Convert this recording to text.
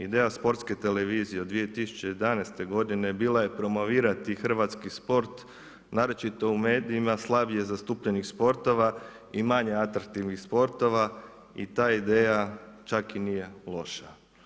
Ideja, Sportske televizije od 2011. g. bila je promovirati hrvatski sport, naročito u medijima slabije zastupljenih sportova i manje atraktivnih sportova i ta ideja čak i nije loša.